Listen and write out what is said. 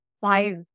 five